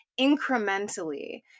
incrementally